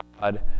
God